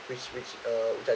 which which